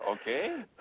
okay